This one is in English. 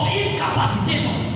incapacitation